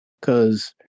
Cause